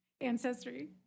ancestry